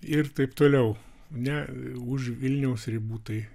ir taip toliau ne už vilniaus ribų tai